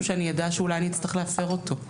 שאני אדע שאולי אני אצטרך להפר אותו.